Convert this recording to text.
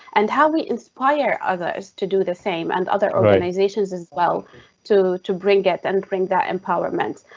and how we inspire others to do the same? and other organizations as well to to bring it and bring that empowerment?